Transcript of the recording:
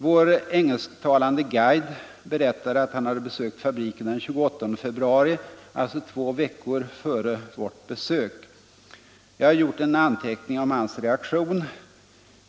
Vår engelsktalande guide berättade att han hade besökt fabriken den 28 februari, alltså två veckor före vårt besök. Jag har gjort en anteckning om hans reaktion.